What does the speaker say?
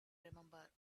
remember